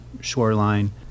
shoreline